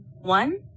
One